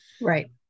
Right